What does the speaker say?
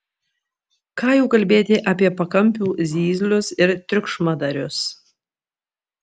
ką jau kalbėti apie pakampių zyzlius ir triukšmadarius